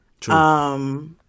True